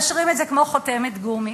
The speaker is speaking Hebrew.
מאשרים את זה כמו חותמת גומי.